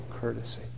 courtesy